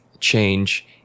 change